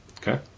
Okay